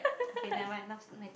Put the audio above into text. okay never mind now's my turn